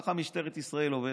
ככה משטרת ישראל עובדת.